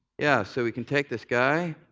yeah, so we can take this guy.